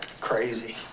crazy